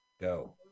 go